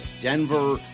Denver